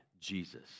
Jesus